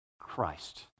Christ